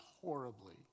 horribly